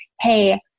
hey